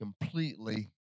completely